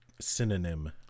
Synonym